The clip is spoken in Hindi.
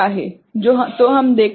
तो यह क्या है तो हम देखते हैं